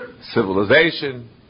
Civilization